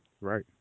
right